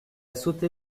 sauté